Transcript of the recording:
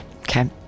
okay